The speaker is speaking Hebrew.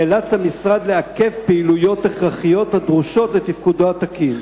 נאלץ המשרד לעכב פעילויות הכרחיות הדרושות לתפקודו התקין.